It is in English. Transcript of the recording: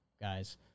guys